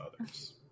others